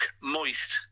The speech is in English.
moist